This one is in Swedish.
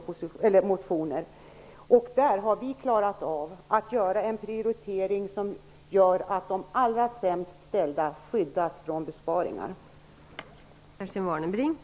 Där har vi lyckats göra en prioritering som gör att de allra sämst ställda skyddas från besparingar.